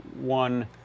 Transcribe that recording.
one